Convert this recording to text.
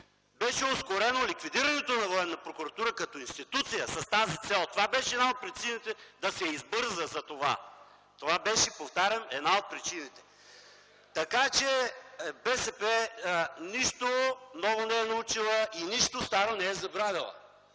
беше ускорено ликвидирането на Военна прокуратура като институция с тази цел. Това беше една от причините да се избърза с това. Това беше, повтарям, една от причините. Така че БСП нищо ново не е научила и нищо старо не е забравила.